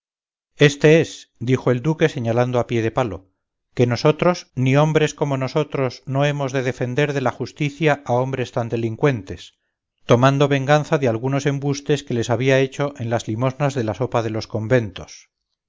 cleofás este es dijo el duque señalando a piedepalo que nosotros ni hombres como nosotros no hemos de defender de la justicia a hombres tan delincuentes tomando venganza de algunos embustes que les había hecho en las limosnas de la sopa de los conventos